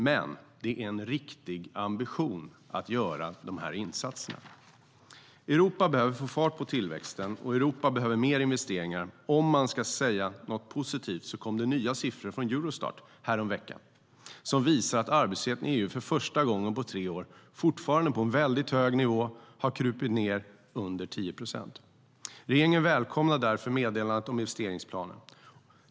Men det är en riktig ambition att göra de här insatserna. Regeringen välkomnar därför meddelandet om investeringsplanen.